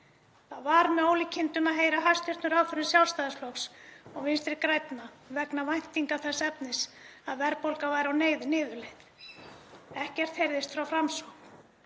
Það var með ólíkindum að heyra í hæstv. ráðherrum Sjálfstæðisflokks og Vinstri grænna vegna væntinga þess efnis að verðbólga væri á niðurleið. Ekkert heyrðist frá Framsókn.